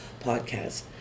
podcast